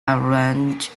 arranged